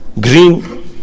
green